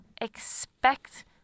expect